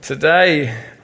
Today